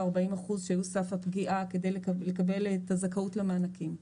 או 40% שהיו סף הפגיעה כדי לקבל את הזכאות למענקים.